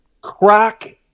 crack